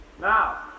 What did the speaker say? Now